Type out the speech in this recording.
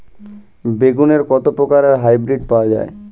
বেগুনের কত প্রকারের হাইব্রীড পাওয়া যায়?